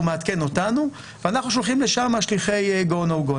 הוא מעדכן אותנו ואנחנו שולחים לשם שליחי go-no-go.